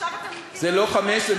עכשיו אתם נותנים להם חמש שנים.